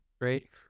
right